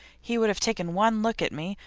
he would have taken one look at me,